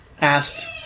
asked